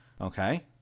Okay